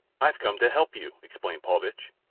i've come to help you, explained paulvitch.